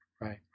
right